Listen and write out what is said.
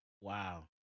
Wow